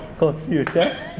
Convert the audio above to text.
confuse eh